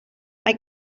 mae